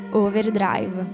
overdrive